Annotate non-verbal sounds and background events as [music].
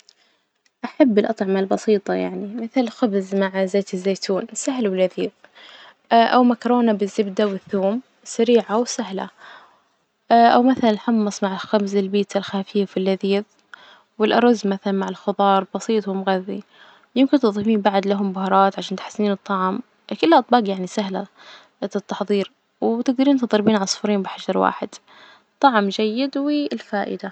أحب الأطعمة البسيطة يعني مثل خبز مع زيت الزيتون سهل ولذيذ [hesitation] أو مكرونة بالزبدة والثوم سريعة وسهلة [hesitation] أو مثلا الحمص مع خبز البيتزا الخفيف اللذيذ، والأرز مثلا مع الخظار بسيط ومغذي، يمكن تظيفين بعد لهم بهارات عشان تحسنين الطعم، فكل الأطباج يعني سهلة التحضير، وتجدرين تضربين عصفورين بحجر واحد، طعم جيد والفائدة.